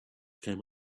came